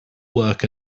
work